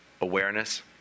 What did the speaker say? awareness